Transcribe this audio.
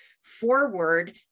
forward